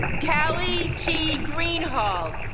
kelly t. greenhall,